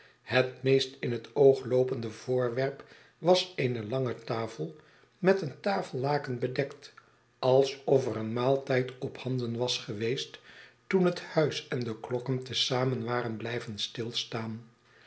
het meest in het oog loopende voorwerp was eene lange tafel met een tafellaken bedekt alsof er een maaltijd ophanden was geweest toen het huis en de klokken te zamen waren blijven stilstaan